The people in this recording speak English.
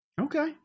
Okay